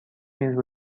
نیز